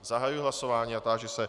Zahajuji hlasování a táži se...